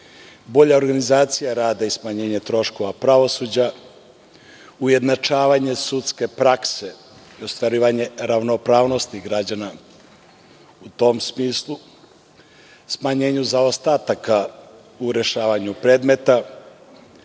bolja organizacija rada i smanjenje troškova pravosuđa, ujednačavanje sudske prakse i ostvarivanje ravnopravnosti građana u tom smislu, smanjenju zaostataka u rešavanju predmeta,